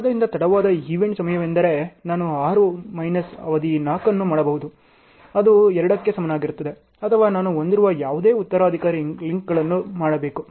ಆದ್ದರಿಂದ ತಡವಾದ ಈವೆಂಟ್ ಸಮಯವೆಂದರೆ ನಾನು 6 ಮೈನಸ್ ಅವಧಿ 4 ಅನ್ನು ಮಾಡಬೇಕು ಅದು 2 ಕ್ಕೆ ಸಮನಾಗಿರುತ್ತದೆ ಅಥವಾ ನಾನು ಹೊಂದಿರುವ ಯಾವುದೇ ಉತ್ತರಾಧಿಕಾರಿ ಲಿಂಕ್ಗಳನ್ನು ಮಾಡಬೇಕು